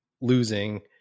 losing